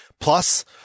plus